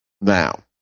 Now